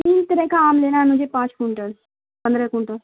تین طرح کا آم لینا آناجے پانچ کئنٹل پندرہ کئنٹل